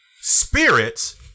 spirits